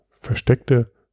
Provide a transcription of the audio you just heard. versteckte